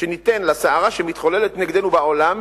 שניתן לסערה שמתחוללת נגדנו בעולם,